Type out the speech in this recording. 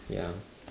ya